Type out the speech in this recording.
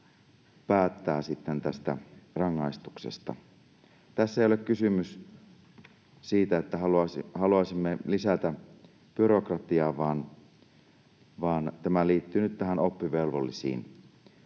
päättää tästä rangaistuksesta. Tässä ei ole kysymys siitä, että haluaisimme lisätä byrokratiaa, vaan tämä liittyy nyt oppivelvollisiin